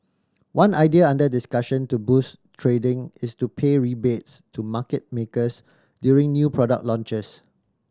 one idea under discussion to boost trading is to pay rebates to market makers during new product launches